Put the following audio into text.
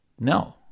No